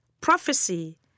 prophecy